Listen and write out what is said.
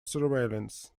surveillance